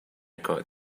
got